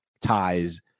ties